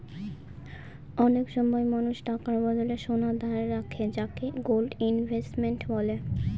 অনেক সময় মানুষ টাকার বদলে সোনা ধারে রাখে যাকে গোল্ড ইনভেস্টমেন্ট বলে